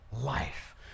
life